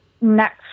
next